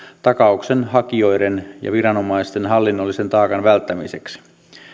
takauksen hakijoiden ja viranomaisten hallinnollisen taakan välttämiseksi